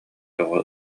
тоҕо